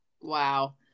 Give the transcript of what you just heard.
Wow